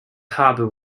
harbour